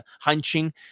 hunching